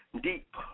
deep